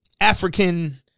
african